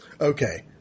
Okay